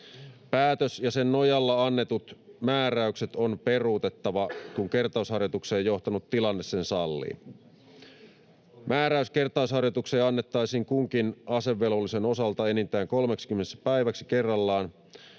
Päätös ja sen nojalla annetut määräykset on peruutettava, kun kertausharjoitukseen johtanut tilanne sen sallii. Määräys kertausharjoitukseen annettaisiin kunkin asevelvollisen osalta enintään 30 päiväksi kerrallaan.